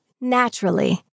Naturally